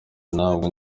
ntabwo